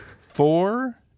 Four